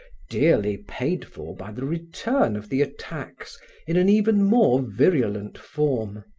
dearly paid for by the return of the attacks in an even more virulent form.